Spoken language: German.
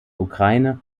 ukraine